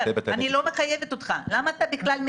אני לא מחייבת אותך, למה אתה מתנגד?